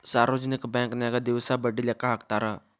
ಸಾರ್ವಜನಿಕ ಬಾಂಕನ್ಯಾಗ ದಿವಸ ಬಡ್ಡಿ ಲೆಕ್ಕಾ ಹಾಕ್ತಾರಾ